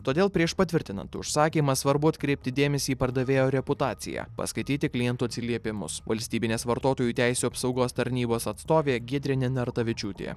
todėl prieš patvirtinant užsakymą svarbu atkreipti dėmesį į pardavėjo reputaciją paskaityti klientų atsiliepimus valstybinės vartotojų teisių apsaugos tarnybos atstovė giedrė nenartavičiūtė